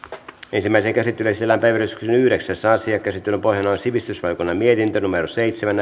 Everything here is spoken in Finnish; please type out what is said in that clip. ensimmäiseen käsittelyyn esitellään päiväjärjestyksen yhdeksäs asia käsittelyn pohjana on sivistysvaliokunnan mietintö seitsemän